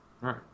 right